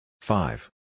Five